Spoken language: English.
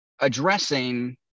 addressing